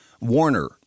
Warner